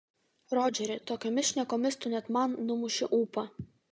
rodžeri tokiomis šnekomis tu net man numuši ūpą